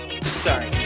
Sorry